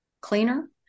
cleaner